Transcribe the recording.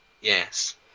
Yes